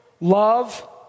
love